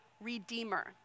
redeemer